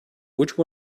which